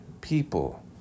people